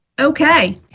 Okay